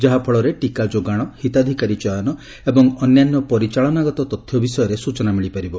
ଯାହାଫଳରେ ଟିକା ଯୋଗାଣ ହିତାଧିକାରୀ ଚୟନ ଏବଂ ଅନ୍ୟାନ୍ୟ ପରିଚାଳନାଗତ ତଥ୍ୟ ବିଷୟରେ ସ୍ୱଚନା ମିଳିପାରିବ